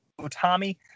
Utami